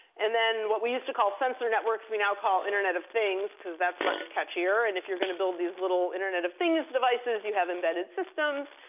and then what we used to call sensor networks we now call internet of things, because that's much catchier. and if you're going to build these little internet of things devices, you have embedded systems.